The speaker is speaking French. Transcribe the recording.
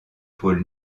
pôle